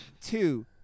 two